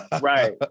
Right